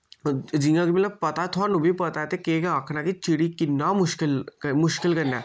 जि'यां कि मतलब पता थुहानू बी पता ते केह् आखना कि चिड़ी किन्ना मुश्किल मुश्किल कन्नै